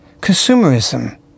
Consumerism